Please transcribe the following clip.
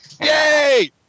Yay